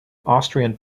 austrian